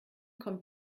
kommt